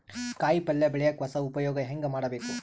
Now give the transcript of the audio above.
ಕಾಯಿ ಪಲ್ಯ ಬೆಳಿಯಕ ಹೊಸ ಉಪಯೊಗ ಹೆಂಗ ಮಾಡಬೇಕು?